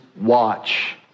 watch